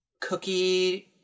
cookie